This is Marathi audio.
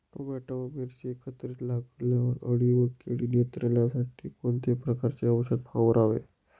टोमॅटो व मिरची एकत्रित लावल्यावर अळी व कीड नियंत्रणासाठी कोणत्या प्रकारचे औषध फवारावे?